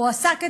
הוא הועסק אצלך,